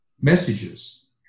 messages